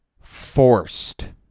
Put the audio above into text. forced